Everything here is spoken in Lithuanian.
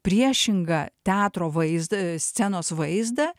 priešingą teatro vaizdą scenos vaizdą